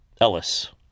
Ellis